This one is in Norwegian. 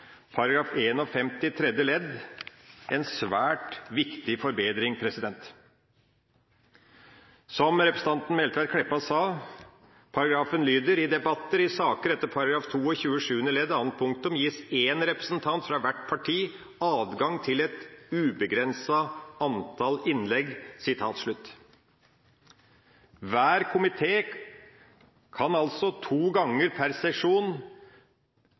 tredje ledd en svært viktig forbedring. Som representanten Meltveit Kleppa sa, lyder paragrafen: «I debatter i saker etter § 22 syvende ledd annet punktum gis én representant fra hvert parti adgang til et ubegrenset antall innlegg.» Hver komité kan altså to ganger per sesjon